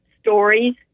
Stories